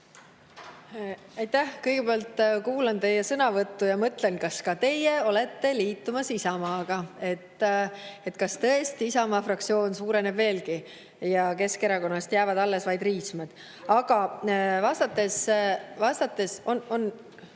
Aitäh! Kõigepealt, kuulasin teie sõnavõttu ja mõtlesin, kas ka teie olete liitumas Isamaaga, kas tõesti Isamaa fraktsioon suureneb veelgi ja Keskerakonnast jäävad alles vaid riismed. Aga vastan